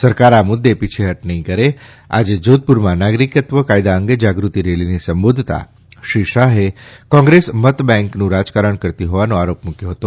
સરકાર આ મુદ્દે પીછેહટ નહીં કરે આજે જોધપુરમાં નાગરિકત્વ કાયદા અંગે જાગૃતિ રેલીને સંબોધતાં શ્રી શાહે કોંગ્રેસ મતબેંકનું રાજકારણ કરતી હોવાનો આરોપ મૂક્યો છે